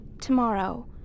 tomorrow